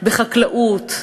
בחקלאות,